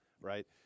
Right